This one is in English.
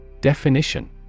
Definition